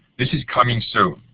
this is coming so